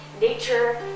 nature